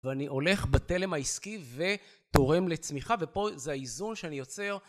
ואני הולך בתלם העסקי ותורם לצמיחה, ופה זה האיזון שאני יוצר